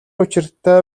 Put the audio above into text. учиртай